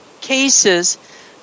cases